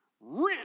Rent